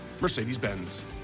Mercedes-Benz